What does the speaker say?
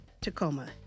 Tacoma